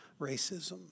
racism